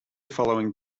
following